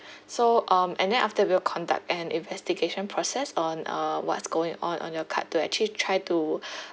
so um and then after we will conduct an investigation process on uh what's going on on your card to actually try to